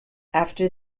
after